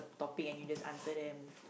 topic and you just answer them